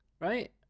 right